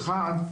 אחד,